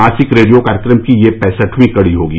मासिक रेडियो कार्यक्रम की यह पैंसठवीं कड़ी होगी